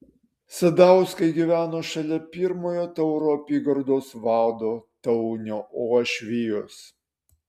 sadauskai gyveno šalia pirmojo tauro apygardos vado taunio uošvijos